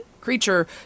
creature